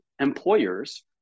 employers